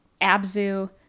Abzu